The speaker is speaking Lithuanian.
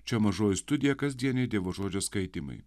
čia mažoji studija kasdieniai dievo žodžio skaitymai